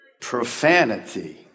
Profanity